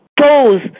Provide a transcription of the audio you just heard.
toes